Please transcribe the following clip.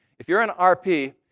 if you're an rp,